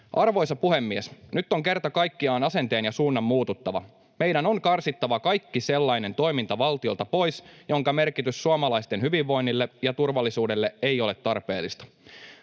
Arvoisa puhemies! Nyt on kerta kaikkiaan asenteen ja suunnan muututtava. Meidän on karsittava valtiolta pois kaikki sellainen toiminta, jonka merkitys suomalaisten hyvinvoinnille ja turvallisuudelle ei ole tarpeellista.